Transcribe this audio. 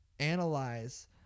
analyze